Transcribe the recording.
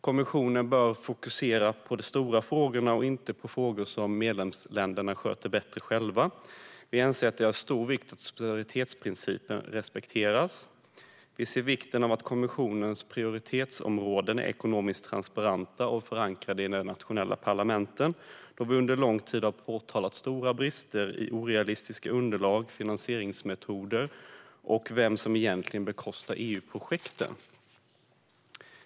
Kommissionen bör fokusera på de stora frågorna och inte på frågor som medlemsländerna sköter bättre själva. Vi anser att det är av stor vikt att subsidiaritetsprincipen respekteras. Vi ser vikten av att kommissionens prioriteringsområden är ekonomiskt transparenta och förankrade i de nationella parlamenten, då vi under lång tid har påtalat stora brister i och med orealistiska underlag, finansieringsmetoder och frågan om vem som egentligen bekostar EU-projekten.